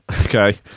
Okay